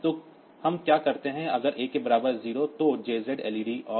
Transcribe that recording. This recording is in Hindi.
तो हम क्या करते हैं अगर A के बराबर 0 तो JZ led off